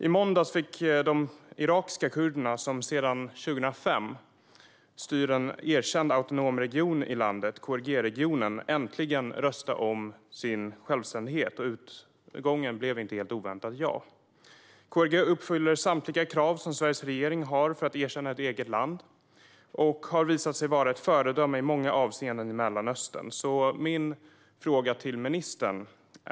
I måndags fick de irakiska kurderna som sedan 2005 styr en erkänd autonom region i landet, KRG-regionen, äntligen rösta om sin självständighet. Utgången blev inte helt oväntat ja. KRG uppfyller samtliga krav som Sveriges regering har för att erkänna ett eget land och har i många avseenden visat sig vara ett föredöme i Mellanöstern.